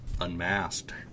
Unmasked